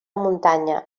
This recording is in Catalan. muntanya